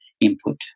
input